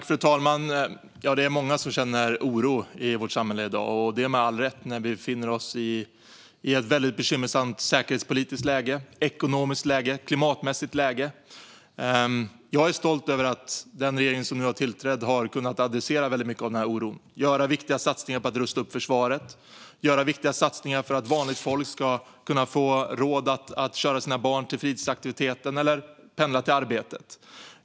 Fru talman! Det är många som känner oro i vårt samhälle i dag, och det med all rätt eftersom vi befinner oss i ett bekymmersamt säkerhetspolitiskt, ekonomiskt och klimatmässigt läge. Jag är stolt över att den regering som nu har tillträtt har kunnat adressera mycket av denna oro. Jag är stolt över att vi har kunnat göra viktiga satsningar på att rusta upp försvaret och viktiga satsningar för att vanligt folk ska få råd att köra sina barn till fritidsaktiviteten eller pendla till arbetet.